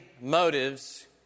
motives